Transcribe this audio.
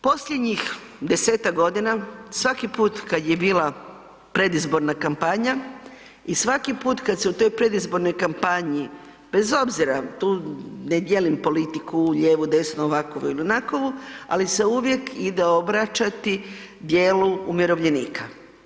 Posljednjih 10-tak godina svaki put kad je bila predizborna kampanja i svaki put kad se u toj predizbornoj kampanji, bez obzira tu ne dijelim politiku lijevu, desnu, ovakvu ili onakvu ali se uvijek ide obraćati dijelu umirovljenika.